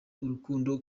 urukundo